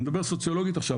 אני מדבר סוציולוגית עכשיו,